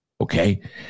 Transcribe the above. okay